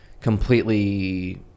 completely